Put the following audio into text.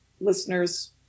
listeners